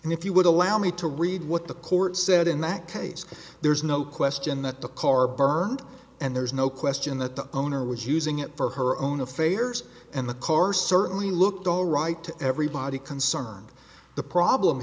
case and if you would allow me to read what the court said in that case there's no question that the car burned and there's no question that the owner was using it for her own affairs and the car certainly looked all right to everybody concerned the problem